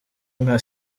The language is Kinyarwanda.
nka